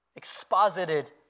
exposited